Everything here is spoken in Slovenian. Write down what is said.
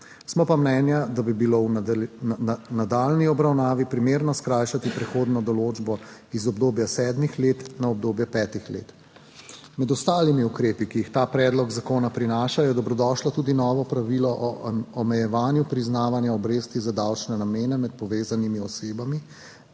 Smo pa mnenja, da bi bilo v nadaljnji obravnavi primerno skrajšati prehodno določbo iz obdobja sedmih let na obdobje petih let. Med ostalimi ukrepi, ki jih ta predlog zakona prinaša, je dobrodošlo tudi novo pravilo o omejevanju priznavanja obresti za davčne namene med povezanimi osebami,